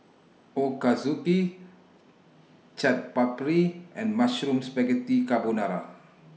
Ochazuke Chaat Papri and Mushroom Spaghetti Carbonara